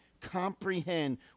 comprehend